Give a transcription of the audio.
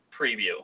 Preview